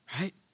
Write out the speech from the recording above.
Right